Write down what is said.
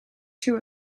two